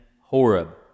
Horeb